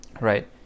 right